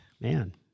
Man